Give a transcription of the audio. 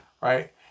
Right